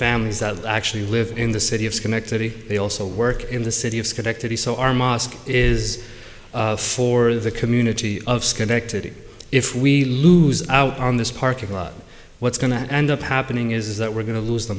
families that actually live in the city of schenectady they also work in the city of schenectady so our mosque is for the community of schenectady if we lose out on this parking lot what's going to end up happening is that we're going to lose the